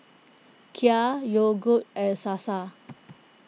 Kia Yogood and Sasa